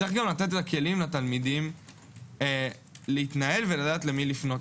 צריך לתת כלים לתלמידים להתנהל ולדעת למי לפנות.